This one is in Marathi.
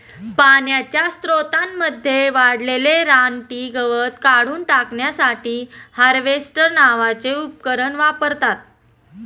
पाण्याच्या स्त्रोतांमध्ये वाढलेले रानटी गवत काढून टाकण्यासाठी हार्वेस्टर नावाचे उपकरण वापरतात